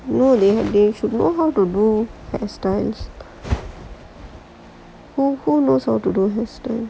no they should know how to do who knows how to do